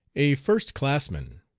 a first-classman!